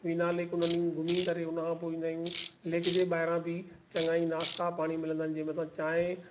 वीना लेक हुन में घुमी करे हुनखां पोइ ईंदा आहियूं लेक जे ॿाहिरियां बि चङा ई नास्ता पाणी मिलंदा आहिनि जंहिं में तव्हां चांहि